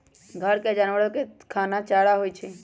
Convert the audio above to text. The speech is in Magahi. घर के जानवर के खाना चारा होई छई